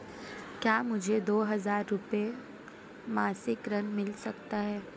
क्या मुझे दो हज़ार रुपये मासिक ऋण मिल सकता है?